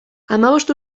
hamabost